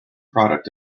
product